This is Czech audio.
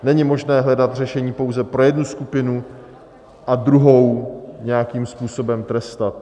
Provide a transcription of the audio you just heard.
Není možné hledat řešení pouze pro jednu skupinu a druhou nějakým způsobem trestat.